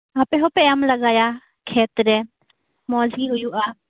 ᱟᱯᱮ ᱦᱚᱯᱮ ᱮᱢ ᱞᱟᱜᱟᱭᱟ ᱠᱷᱮᱛ ᱨᱮ ᱢᱚᱡᱜᱤ ᱦᱩᱭᱩᱜᱼᱟ